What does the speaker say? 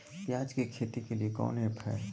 प्याज के खेती के लिए कौन ऐप हाय?